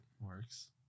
works